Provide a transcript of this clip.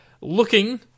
looking